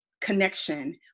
connection